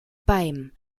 beim